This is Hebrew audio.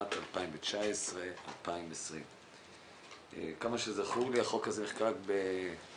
לשנת 2020-2019. עד כמה שזכור לי החוק הזה נחקק ב-1999-1998.